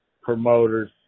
promoters